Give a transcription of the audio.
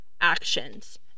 actions